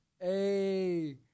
Hey